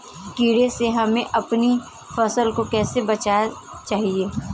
कीड़े से हमें अपनी फसल को कैसे बचाना चाहिए?